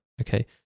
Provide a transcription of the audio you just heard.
Okay